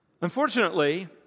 Unfortunately